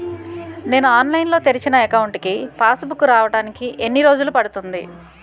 నేను ఆన్లైన్ లో తెరిచిన అకౌంట్ కి పాస్ బుక్ రావడానికి ఎన్ని రోజులు పడుతుంది?